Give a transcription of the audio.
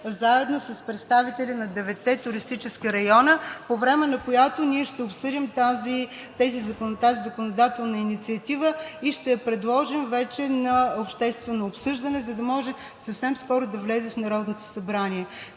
заедно с представители на деветте туристически района, по време на която ще обсъдим тази законодателна инициатива и ще я предложим вече на обществено обсъждане, за да може съвсем скоро да влезе в Народното събрание.